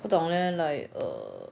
不懂 eh like err